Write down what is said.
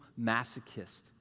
masochist